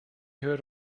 heard